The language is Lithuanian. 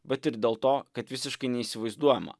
bet ir dėl to kad visiškai neįsivaizduojama